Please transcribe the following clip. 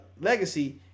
legacy